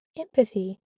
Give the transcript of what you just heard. Empathy